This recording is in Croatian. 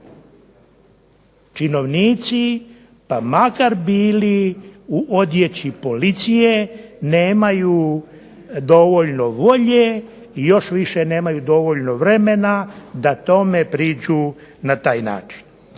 Činovnici pa makar bili u odjeći policije nemaju dovoljno volje i još više nemaju dovoljno vremena da tome priđu na taj način.